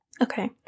Okay